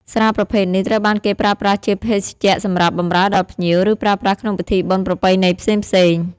ស្រាប្រភេទនេះត្រូវបានគេប្រើប្រាស់ជាភេសជ្ជៈសម្រាប់បម្រើដល់ភ្ញៀវ ឬប្រើប្រាស់ក្នុងពិធីបុណ្យប្រពៃណីផ្សេងៗ។